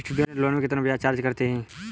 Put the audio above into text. Student loan में कितना ब्याज चार्ज करते हैं?